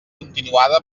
continuada